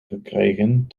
gekregen